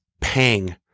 pang